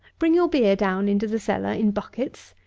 bring your beer down into the cellar in buckets,